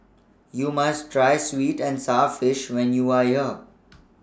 YOU must Try Sweet and Sour Fish when YOU Are here